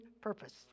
purpose